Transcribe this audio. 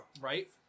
right